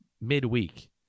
midweek